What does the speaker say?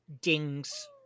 dings